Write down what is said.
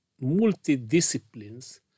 multi-disciplines